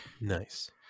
nice